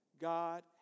God